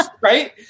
right